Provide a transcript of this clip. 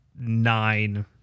nine